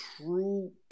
true